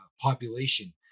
population